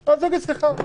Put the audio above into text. סליחה.